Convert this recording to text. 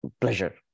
pleasure